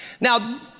Now